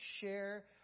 share